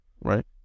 right